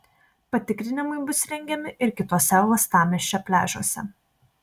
patikrinimai bus rengiami ir kituose uostamiesčio pliažuose